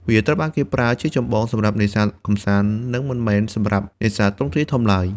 វាត្រូវបានគេប្រើជាចម្បងសម្រាប់នេសាទកម្សាន្ត និងមិនមែនសម្រាប់នេសាទទ្រង់ទ្រាយធំឡើយ។